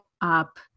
up